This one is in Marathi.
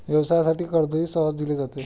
व्यवसायासाठी कर्जही सहज दिले जाते